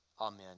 Amen